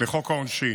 לחוק העונשין.